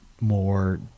more